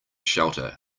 shelter